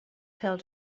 fell